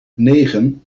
negen